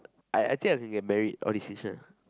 I I think I can get merit or distinction